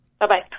Bye-bye